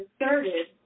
inserted